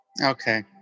Okay